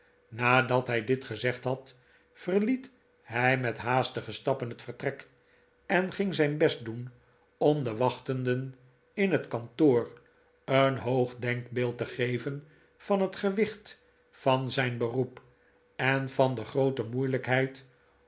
nadat hij dit gezegd had verliet hij met haastige stappen het vertrek en ging zijn best doen om de wachtenden in het kantoor een hoog denkbeeld te geven van het gewicht van zijn beroep en van de groote moeilijkheid